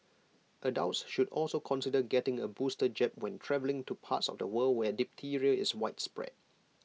adults should also consider getting A booster jab when travelling to parts of the world where diphtheria is widespread